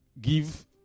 give